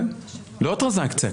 לא טרנסאקציה.